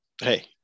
Hey